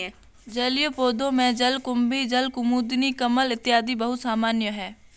जलीय पौधों में जलकुम्भी, जलकुमुदिनी, कमल इत्यादि बहुत सामान्य है